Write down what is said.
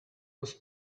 was